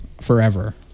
Forever